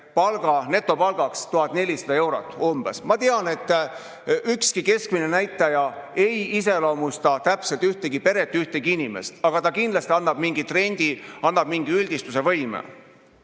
netopalga 1400 eurot, umbes. Ma tean, et ükski keskmine näitaja ei iseloomusta täpselt ühtegi peret ega ühtegi inimest, aga see annab kindlasti mingi trendi, mingi üldistusvõime.